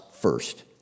first